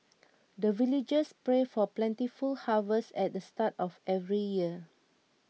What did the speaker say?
the villagers pray for plentiful harvest at the start of every year